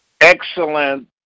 excellent